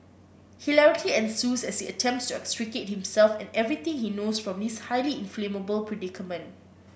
hilarity ensues as he attempts to extricate himself and everything he knows from this highly inflammable predicament